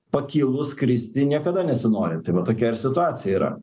pakilus kristi niekada nesinori tai va tokia ir situacija yra